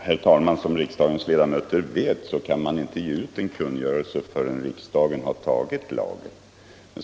Herr talman! Såsom riksdagens ledamöter vet kan man inte ge ut en kungörelse förrän riksdagen har beslutat om lagen.